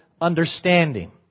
understanding